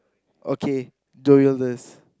okay joyless